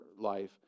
life